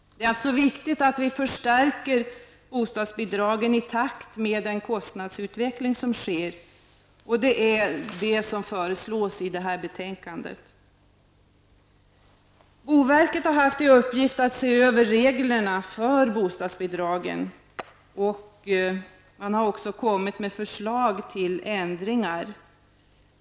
Det är alltså viktigt att vi förstärker bostadsbidragen i takt med den kostnadsutveckling som sker, och det är vad som föreslås i detta betänkande. Boverket har haft till uppgift att se över reglerna för bostadsbidragen, och man har också kommit med förslag till ändringar.